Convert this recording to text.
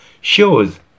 shows